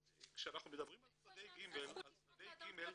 כשאנחנו מדברים על צדדי ג' --- מאיפה יש זכות לשלוח לאדם פרטי?